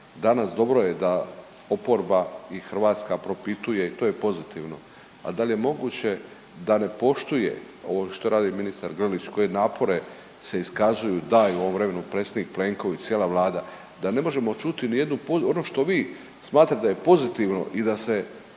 Danas dobro je da oporba i Hrvatska propituje i to je pozitivno. A da li je moguće da ne poštuje ovo što radi ministar Grlić koji napori se iskazuju daju ovom vremenu, predsjednik Plenković, cijela vlada da ne možemo čuti ni jednu, ono što vi smatrate da je pozitivno i da se,